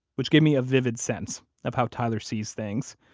which gave me a vivid sense of how tyler sees things.